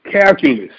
calculus